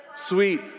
sweet